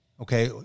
Okay